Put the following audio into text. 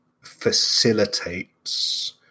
facilitates